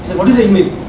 so what is a email?